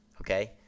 Okay